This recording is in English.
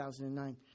2009